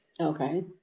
Okay